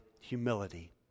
humility